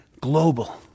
global